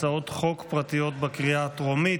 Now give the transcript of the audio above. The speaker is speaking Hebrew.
הצעות חוק פרטיות לקריאה הטרומית.